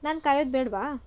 ನಾನು ಕಾಯೋದು ಬೇಡವಾ